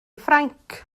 ffrainc